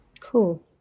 Cool